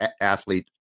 athlete